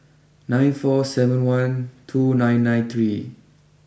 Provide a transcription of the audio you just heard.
nine four seven one two nine nine three